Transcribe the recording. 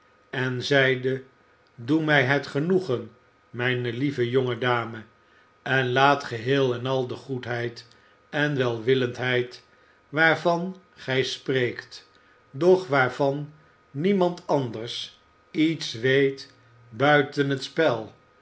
en zeide doe mij het genoegen mijne lieve jonge dame en laat geheel en al de goedheid en welwillendheid waarvan gij spreekt doch waarvan niemand anders iets weet buiten het spel